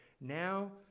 now